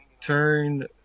Turn